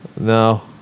No